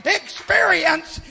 experience